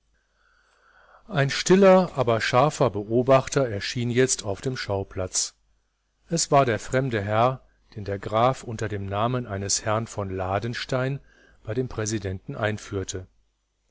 ein stiller aber scharfer beobachter erschien jetzt auf dem schauplatz es war der fremde herr den der graf unter dem namen eines herrn von ladenstein bei dem präsidenten einführte